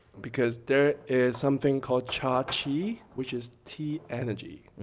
because there is something called cha qi, which is tea energy.